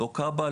לא כב"ה,